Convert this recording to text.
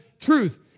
truth